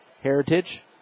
Heritage